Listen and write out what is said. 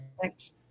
Thanks